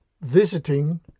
visiting